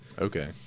okay